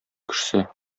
кешесе